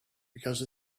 because